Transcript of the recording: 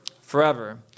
Forever